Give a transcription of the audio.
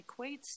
equates